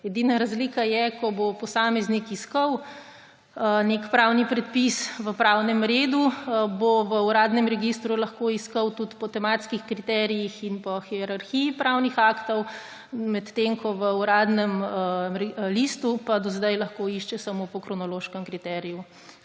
Edina razlika je, da ko bo posameznik iskal nek pravni predpis v pravdnem redu, bo v uradnem registru lahko iskal tudi po tematskih kriterijih in po hierarhiji pravnih aktov, medtem ko pa v Uradnem listu do zdaj lahko išče samo po kronološkem kriteriju.